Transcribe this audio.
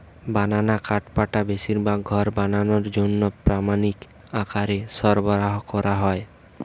বানানা কাঠপাটা বেশিরভাগ ঘর বানানার জন্যে প্রামাণিক আকারে সরবরাহ কোরা হয়